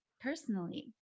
personally